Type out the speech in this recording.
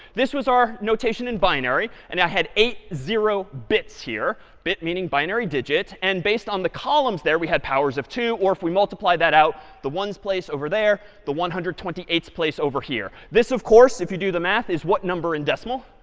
this was our notation in binary. and i had eight zero bits here, bit meaning binary digit. and based on the columns there, we had powers of two, or if we multiplied that out, the ones place over there, the one hundred and twenty eight s place over here. this of course, if you do the math, is what number in decimal?